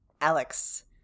Alex